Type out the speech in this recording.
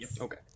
Okay